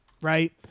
right